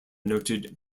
noted